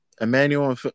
Emmanuel